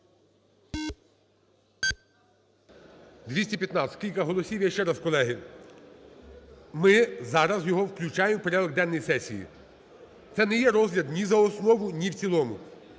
За-215 Кілька голосів. Я ще раз, колеги: ми зараз його включаємо у порядок денний сесії, це не є розгляд ні за основу, ні в цілому.